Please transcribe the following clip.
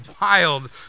wild